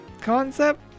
concept